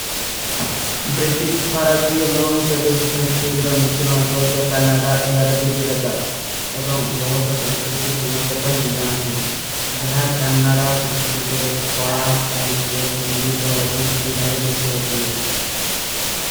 ବୃତିସ, ଫରାଶୀ ଏମାଂଗ ସୋଧେଶୀ ସଂସ୍କୃତିରା ମିଷ୍ରଣ ସାହିତ କାନାଡା ଏହରପୀ ଵିଦଧଦା। ଏବାଂଗ ବହୁତ ସଂସ୍କୃତି ସମାଧେ ପାଈଂଗ ଜାନା ସୁନା। ଜହାଂ କାନାଡା ସଂସ୍କୃତିରେ କଲା, ସାହିତ୍ଯୋ, ସଂଗୀତୋ ଏବାଂଗ କରିଡାରେ ଦେଖୀ ବାତେଂ।